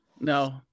No